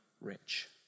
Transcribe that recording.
rich